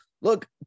Look